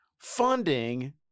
Funding